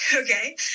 okay